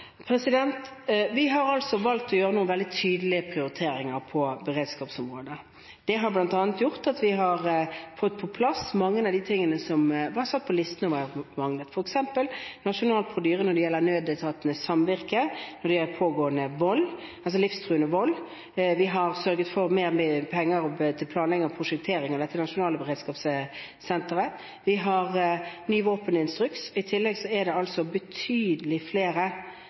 Vi har valgt å gjøre noen veldig tydelige prioriteringer på beredskapsområdet. Det har bl.a. gjort at vi har fått på plass mange av de tingene som var satt på listen over mangler, f.eks. nasjonal prosedyre når det gjelder nødetatenes samvirke, og når det gjelder pågående, livstruende vold. Vi har sørget for mer penger til planlegging og prosjektering av det nasjonale beredskapssenteret. Vi har ny våpeninstruks. I tillegg er det betydelig flere